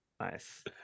Nice